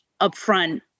upfront